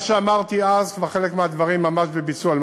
מה שאמרתי אז, כבר חלק מהדברים ממש בביצוע.